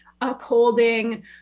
upholding